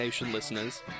Listeners